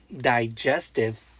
digestive